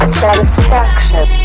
satisfaction